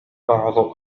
بعض